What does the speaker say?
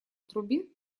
трубе